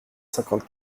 cinquante